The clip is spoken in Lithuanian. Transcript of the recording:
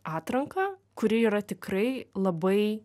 atranką kuri yra tikrai labai